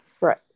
Right